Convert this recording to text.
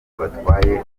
batwaye